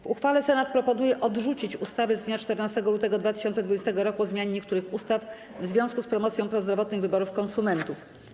W uchwale Senat proponuje odrzucić ustawę z dnia 14 lutego 2020 r. o zmianie niektórych ustaw w związku z promocją prozdrowotnych wyborów konsumentów.